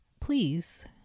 Please